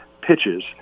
pitches